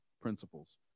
principles